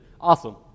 Awesome